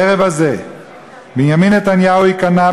הערב הזה בנימין נתניהו ייכנע,